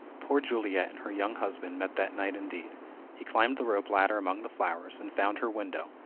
poor juliet and her young husband met that night indeed he climbed the rope-ladder among the flowers, and found her window,